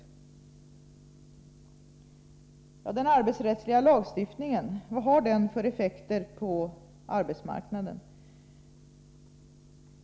Vilka effekter har den arbetsrättsliga lagstiftningen på arbetsmarknaden?